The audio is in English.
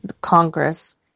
Congress